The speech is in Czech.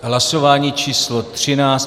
Hlasování číslo 13.